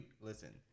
Listen